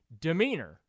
Demeanor